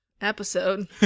episode